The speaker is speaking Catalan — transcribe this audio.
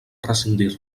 rescindir